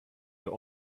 your